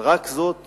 ורק זאת